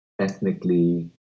ethnically